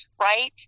right